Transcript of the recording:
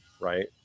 right